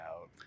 out